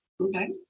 Okay